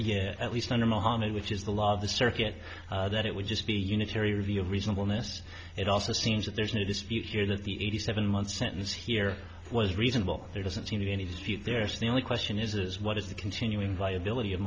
yeah at least under mohammed which is the law of the circuit that it would just be unitary view of reasonableness it also seems that there's no dispute here that the eighty seven month sentence here was reasonable there doesn't seem to be any dispute there so the only question is is what is the continuing viability of